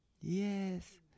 Yes